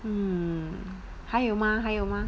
um 还有吗还有吗